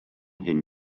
hyn